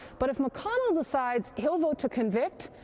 but if mcconnell decides he'll vote to convict,